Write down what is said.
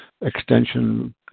extension